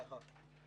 נכון.